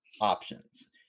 options